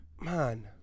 man